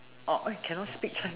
orh !oi! cannot speak chinese